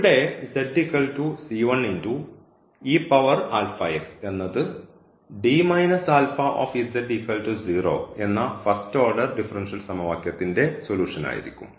ഇവിടെ എന്നതു എന്ന ഫസ്റ്റ് ഓർഡർ ഡിഫറൻഷ്യൽ സമവാക്യത്തിന്റെ സൊലൂഷൻആയിരിക്കും